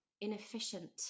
inefficient